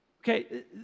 Okay